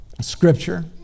scripture